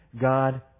God